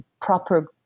proper